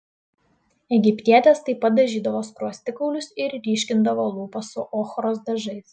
egiptietės taip pat dažydavo skruostikaulius ir ryškindavo lūpas su ochros dažais